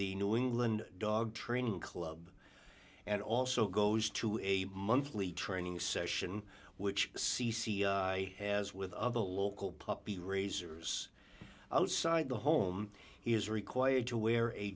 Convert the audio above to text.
the new england dog training club and also goes to a monthly training session which c c i has with other local puppy raisers outside the home he is required to wear a